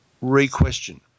re-question